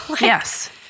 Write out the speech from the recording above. Yes